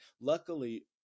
luckily